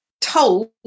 told